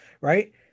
Right